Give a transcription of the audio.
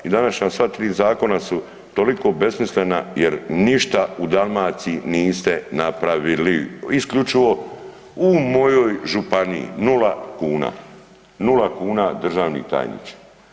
Današnja sva tri zakona su toliko besmislena jer ništa u Dalmaciji niste napravili isključivo u mojoj županiji nula kuna, nula kuna državni tajniče.